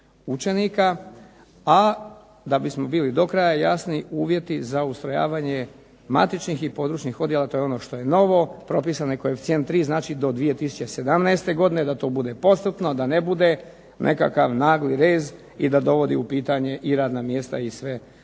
učenika, a da bismo bili do kraja jasni uvjeti za ustrojavanje matičnih i područnih odjela to je ono što je novo propisan je koeficijent 3. Znači do 2017. godine, da to bude postupno, da ne bude nekakav nagli rez i da dovodi u pitanje i radna mjesta i sve ostalo